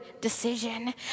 decision